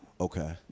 Okay